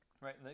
right